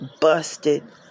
busted